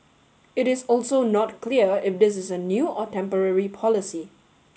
it is also not clear if this is a new or temporary policy